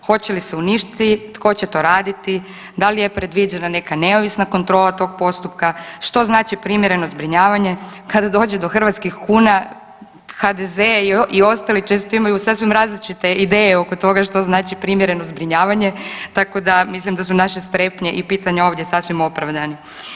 Hoće li se uništiti, tko će to raditi, da li je predviđena neka neovisna kontrola tog postupka, što znači primjereno zbrinjavanje, kada dođe do hrvatskih kuna, HDZ i ostali često imaju sasvim različite ideje oko toga što znači primjereno zbrinjavanje, tako da mislim da su naše strepnje i pitanja ovdje sasvim opravdani.